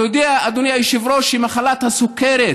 אתה יודע, אדוני היושב-ראש, שמחלת הסוכרת